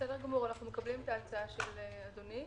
בסדר גמור, אנחנו מקבלים את ההצעה של אדוני.